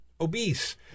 obese